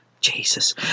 jesus